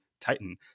Titan